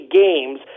games